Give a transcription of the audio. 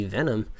Venom